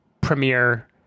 premiere